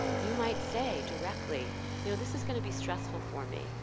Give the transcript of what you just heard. you might say directly you know this is going to be stressful for me.